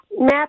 Matt